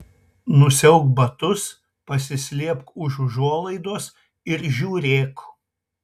nusiauk batus pasislėpk už užuolaidos ir žiūrėk